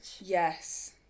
Yes